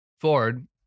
Ford